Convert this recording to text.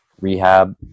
rehab